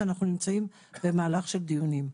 ואנחנו נמצאים במהלך של דיונים.